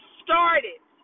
started